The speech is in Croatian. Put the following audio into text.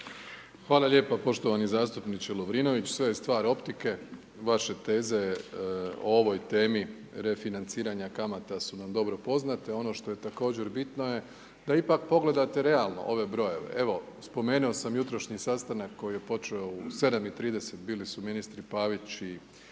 Hvala lijepo poštovani zastupniče Lovrinović, sve je stvar optike. Vaše teze o ovoj temi refinanciranja kamata su nam dobro poznate. Ono što je također bitno je da ipak pogledate realno ove brojeve. Evo, spomenuo sam jutrošnji sastanak koji je počeo u 7,30, bili su ministri Pavić i Marić